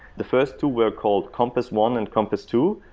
the first two were called compass one and compass two.